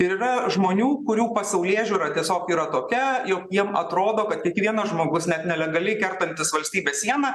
yra žmonių kurių pasaulėžiūra tiesiog yra tokia jog jiem atrodo kad kiekvienas žmogus net nelegaliai kertantis valstybės sieną